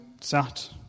sat